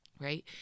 right